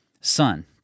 Son